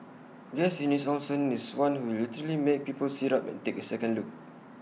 Guess Eunice Olsen is one who will literally make people sit up and take A second look